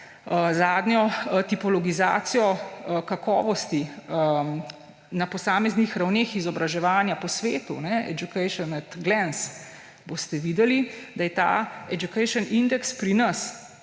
zadnjo tipologizacijo kakovosti na posameznih ravneh izobraževanja po svetu, Education and Glance, boste videli, da je ta Education index pri nas